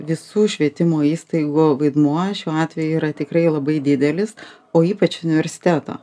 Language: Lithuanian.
visų švietimo įstaigų vaidmuo šiuo atveju yra tikrai labai didelis o ypač universiteto